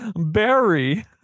Barry